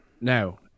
now